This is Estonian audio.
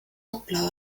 rapla